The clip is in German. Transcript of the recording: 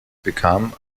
bekam